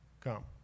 Come